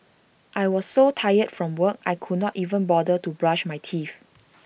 I was so tired from work I could not even bother to brush my teeth